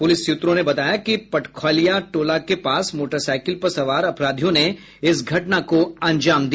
police सूत्रों ने बताया कि पटखैलिया टोला के पास मोटरसाइकिल पर सवार अपराधियों ने इस घटना को अंजाम दिया